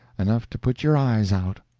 enough to put your eyes out.